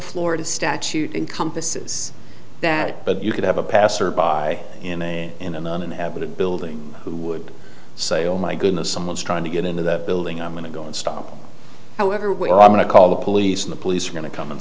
florida statute encompasses that but you could have a passer by in a in an uninhabited building who would say oh my goodness someone's trying to get into the building i'm going to go and stop however where i'm going to call the police and the police are going to come and